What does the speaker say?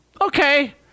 Okay